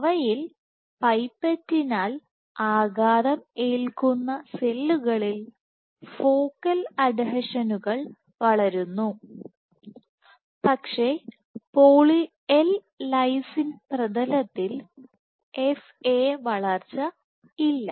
അവയിൽ പൈപ്പറ്റിനാൽ ആഘാതം ഏൽക്കുന്ന സെല്ലുകളിൽ ഫോക്കൽ അഡ്ഹീഷനുകൾവളരുന്നു പക്ഷേ പോളി എൽ ലൈസിനിൽ F Aവളർച്ച ഇല്ല